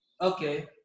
Okay